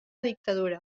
dictadura